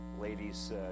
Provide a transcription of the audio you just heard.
ladies